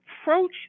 approach